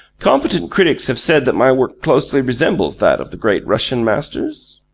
competent critics have said that my work closely resembles that of the great russian masters.